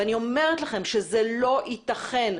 אני אומרת לכם שזה לא ייתכן,